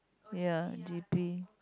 ya G_P